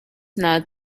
not